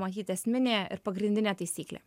matyt esminė ir pagrindinė taisyklė